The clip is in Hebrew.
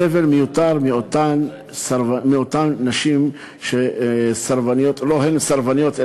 סבל מיותר מאותן נשים שלא הן סרבניות,